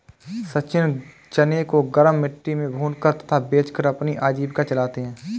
सचिन चने को गरम मिट्टी में भूनकर तथा बेचकर अपनी आजीविका चलाते हैं